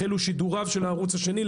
החלו שידוריו של הערוץ השני.